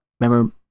remember